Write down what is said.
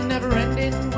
Never-ending